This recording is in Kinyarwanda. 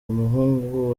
umuhungu